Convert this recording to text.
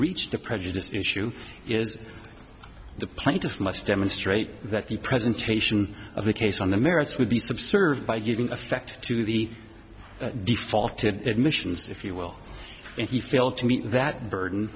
reached the prejudice issue is the plaintiff must demonstrate that the presentation of the case on the merits would be subserve by giving effect to the defaulted admissions if you will and he failed to meet that burden